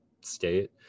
state